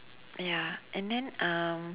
ya and then um